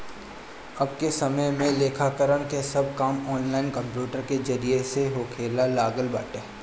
अबके समय में लेखाकरण के सब काम ऑनलाइन कंप्यूटर के जरिया से होखे लागल बाटे